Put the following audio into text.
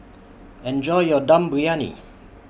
Enjoy your Dum Briyani